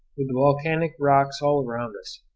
with volcanic rocks all around us,